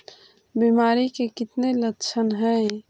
बीमारी के कितने लक्षण हैं?